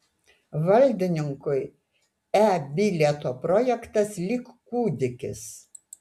valdininkui e bilieto projektas lyg kūdikis